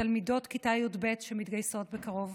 תלמידות כיתה י"ב, שמתגייסות בקרוב.